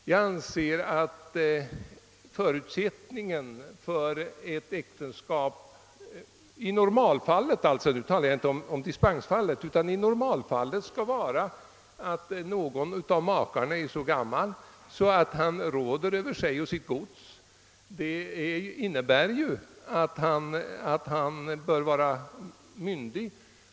Jag anser att förutsättningen för ett äktenskap i normalfallet — nu talar jag alltså inte om dispensfallet — skall vara att någon av makarna är så gammal att han råder över sig och sitt gods; det innebär att han bör vara myndig.